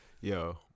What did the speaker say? Yo